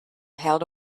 held